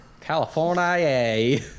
California